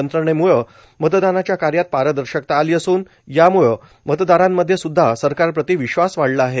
यंत्रणेम्ळं मतदानाच्या कार्यात पारदर्शकता आली असून यामुळं मतदारांमध्ये सुद्धा सरकार प्रती विश्वास वाढला आहे